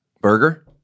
Burger